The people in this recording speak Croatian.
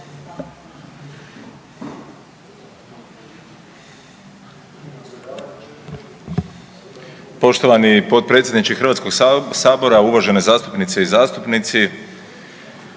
Poštovani potpredsjedniče Hrvatskog sabora, uvažene zastupnice i zastupnici